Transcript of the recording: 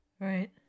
Right